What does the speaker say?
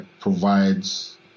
provides